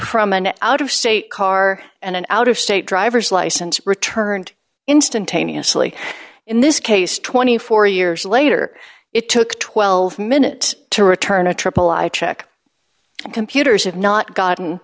from an out of state car and an out of state driver's license returned instantaneously in this case twenty four years later it took twelve minute to return a triple i check computers have not gotten